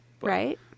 Right